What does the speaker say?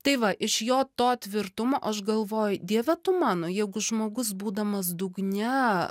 tai va iš jo to tvirtumo aš galvoju dieve tu mano jeigu žmogus būdamas dugne